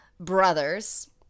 brothers